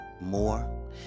more